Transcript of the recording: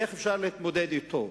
ואיך אפשר להתמודד אתו.